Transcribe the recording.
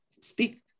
speak